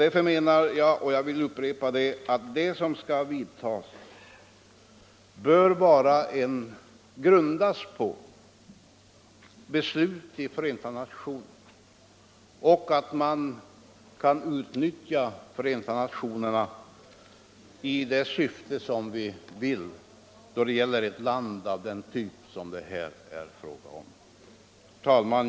Därför vill jag upprepa att de åtgärder som skall vidtas bör grundas på beslut av Förenta nationerna och att det är Förenta nationerna som skall utnyttjas för aktioner i det syfte som vi önskar främja då det gäller ett land av den typ som det här är fråga om. Herr talman!